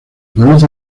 conoce